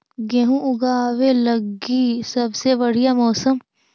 गेहूँ ऊगवे लगी सबसे बढ़िया मौसम?